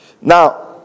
Now